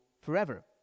forever